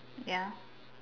ya